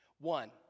One